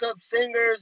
singers